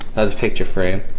that's picture frame.